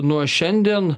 nuo šiandien